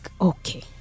okay